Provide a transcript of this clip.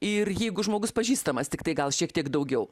ir jeigu žmogus pažįstamas tiktai gal šiek tiek daugiau